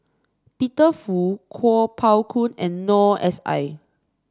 Peter Fu Kuo Pao Kun and Noor S I